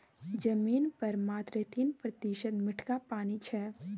जमीन पर मात्र तीन प्रतिशत मीठका पानि छै